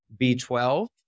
B12